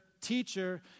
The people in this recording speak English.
teacher